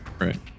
Right